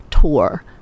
tour